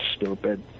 stupid